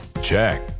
Check